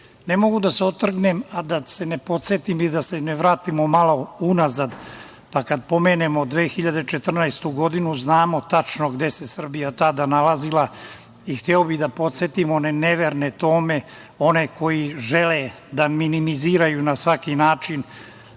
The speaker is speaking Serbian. mogu da se otrgnem, a da ne podsetim i da se ne vratimo malo unazad, pa kad pomenemo 2014. godinu, znamo tačno gde se Srbija tada nalazila. Hteo bih da podsetim one neverne Tome, one koji žele da minimiziraju na svaki način